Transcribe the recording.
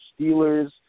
Steelers